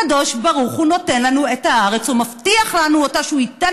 הקדוש-ברוך-הוא נותן לנו את הארץ ומבטיח לנו שהוא ייתן